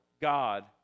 God